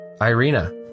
Irina